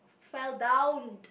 fell down